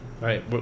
Right